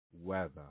weather